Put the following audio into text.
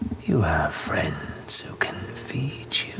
you have friends who can feed